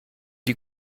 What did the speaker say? die